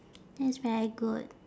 that's very good